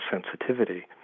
sensitivity